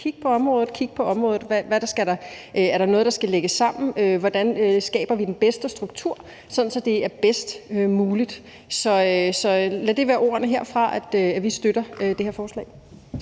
kigge på området, kigge på, om der er noget, der skal lægges sammen, hvordan vi skaber den bedste struktur, sådan at det er bedst muligt. Så lad det være ordene herfra. Vi støtter det her forslag.